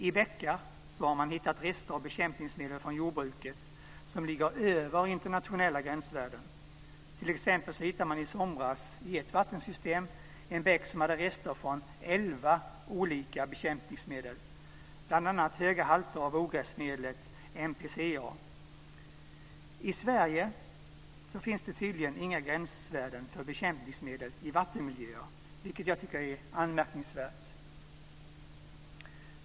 I bäckar har man hittat rester av bekämpningsmedel från jordbruket som ligger över internationella gränsvärden. T.ex. hittade man i somras i ett vattensystem en bäck som hade rester från elva olika bekämpningsmedel, bl.a. höga halter av ogräsmedlet MPCA. I Sverige finns det tydligen inga gränsvärden för bekämpningsmedel i vattenmiljöer, vilket jag tycker är anmärkningsvärt.